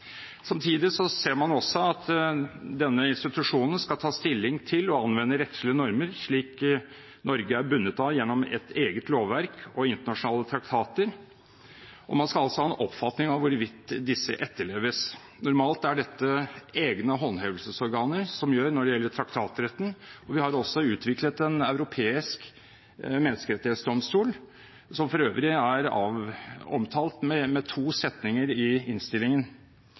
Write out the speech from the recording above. Samtidig ser man også at denne institusjonen skal ta stilling til og anvende rettslige normer, slik Norge er bundet av gjennom et eget lovverk og internasjonale traktater, og man skal altså ha en oppfatning av hvorvidt disse etterleves. Normalt er det egne håndhevelsesorganer som gjør dette når det gjelder traktatretten, og vi har også utviklet en europeisk menneskerettighetsdomstol, som for øvrig er omtalt med to setninger i innstillingen.